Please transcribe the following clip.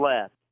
left